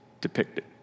depicted